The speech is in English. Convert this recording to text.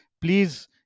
please